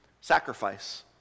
sacrifice